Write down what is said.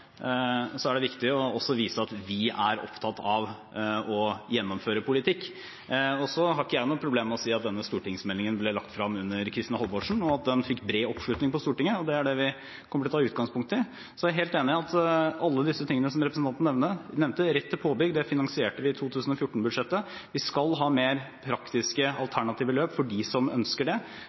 har ikke jeg noe problem med å si at denne stortingsmeldingen ble lagt frem under Kristin Halvorsen, og at den fikk bred oppslutning i Stortinget. Det er det vi kommer til å ta utgangspunkt i. Så er jeg helt enig i at alle disse tingene som representanten nevnte, bl.a. rett til påbygging, finansierte vi i 2014-budsjettet. Vi skal ha mer praktiske alternative løp for dem som ønsker det.